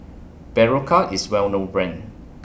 Berocca IS Well known Brand